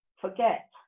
forget